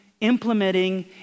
implementing